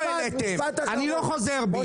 אני לא חוזר בי.